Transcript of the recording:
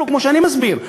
כמו שאני מסביר,